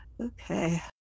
Okay